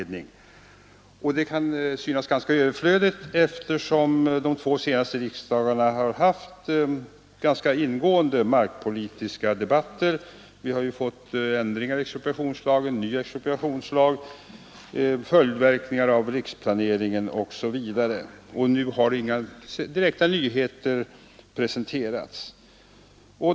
Det kan synas ganska överflödigt, eftersom vi under de två senaste riksdagarna har haft ingående markpolitiska debatter. Vi har ju fått ny expropriationslag, debatterat följdverkningar av riksplaneringen osv. Nu har inga direkta nyheter presenterats.